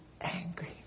angry